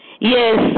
Yes